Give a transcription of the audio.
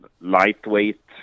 lightweight